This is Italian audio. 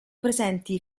presenti